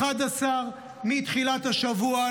11 מתחילת השבוע,